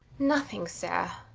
nothing, sir.